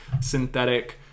synthetic